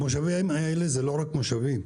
היישובים האלה הם לא רק מושבים,